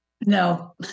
No